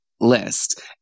list